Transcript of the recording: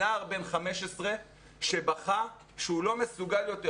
עם נער בן 15 שבכה שהוא לא מסוגל יותר,